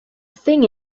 thing